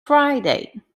friday